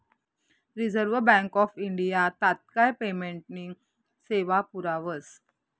reserve bank of India तात्काय पेमेंटनी सेवा पुरावस